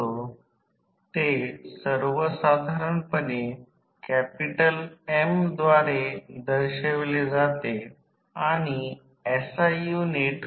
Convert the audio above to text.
ती आणि दुसरी गोष्ट म्हणजे प्रतिक्रियला वेगळे केले जाऊ शकत नाही परंतु आपल्याला कोठे आवश्यक होते ते प्राथमिक आणि दुय्यम बाजूने देखील तितकेच अनुमानित केले जाऊ शकते